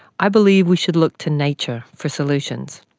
i believe we should look to nature for solutions.